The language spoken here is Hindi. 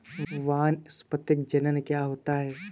वानस्पतिक जनन क्या होता है?